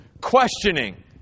questioning